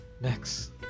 Next